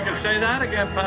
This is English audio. say that again.